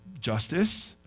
justice